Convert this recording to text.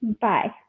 bye